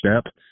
step